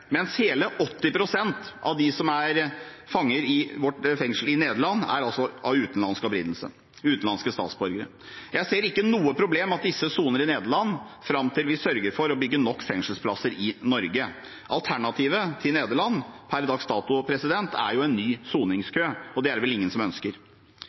mens hele 80 pst. av dem som er fanger i Nederland, er utenlandske statsborgere. Jeg ser ikke noe problem med at disse soner i Nederland fram til vi sørger for å bygge nok fengselsplasser i Norge. Alternativet til Nederland per dags dato er jo en ny soningskø, og det er det vel ingen som ønsker.